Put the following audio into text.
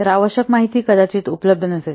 तर आवश्यक माहिती कदाचित उपलब्ध नसेल